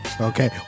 okay